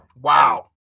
wow